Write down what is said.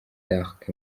d’arc